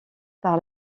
par